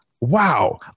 Wow